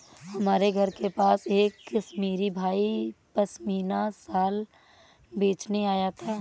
हमारे घर के पास एक कश्मीरी भाई पश्मीना शाल बेचने आया था